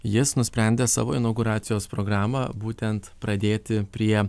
jis nusprendė savo inauguracijos programą būtent pradėti prie